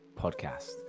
podcast